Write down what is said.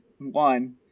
one